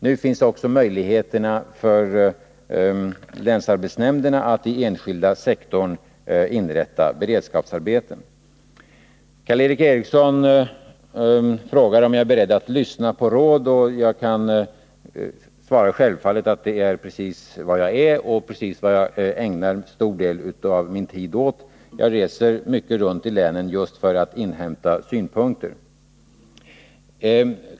Nu finns det också möjligheter för länsarbetsnämnderna att i den enskilda sektorn inrätta beredskapsarbeten. Karl Erik Eriksson frågade om jag är beredd att lyssna till råd. Jag kan svara att det är precis vad jag är och precis vad jag ägnar en stor del av min tid åt. Jag reser runt mycket i länen just för att inhämta synpunkter.